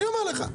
אני אומר לך.